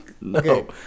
No